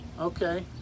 Okay